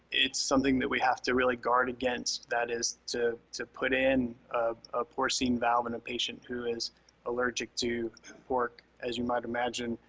something that we have to really guard against. that is to to put in a porcine valve and a patient who is allergic to pork, as you might imagine,